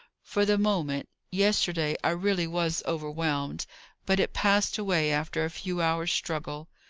for the moment, yesterday, i really was overwhelmed but it passed away after a few hours' struggle.